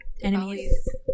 enemies